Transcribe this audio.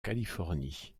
californie